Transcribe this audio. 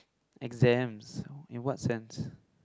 exams in what sense